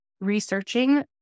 researching